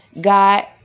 God